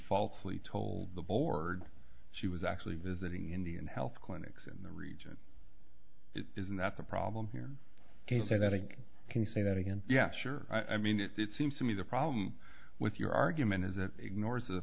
falsely told the board she was actually visiting indian health clinics in the region isn't that the problem here i can't say that i can say that again yes sure i mean it seems to me the problem with your argument is that